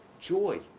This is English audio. Joy